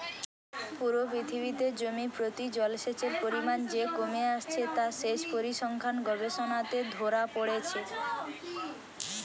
পুরো পৃথিবীতে জমি প্রতি জলসেচের পরিমাণ যে কমে আসছে তা সেচ পরিসংখ্যান গবেষণাতে ধোরা পড়ছে